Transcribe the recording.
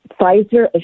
Pfizer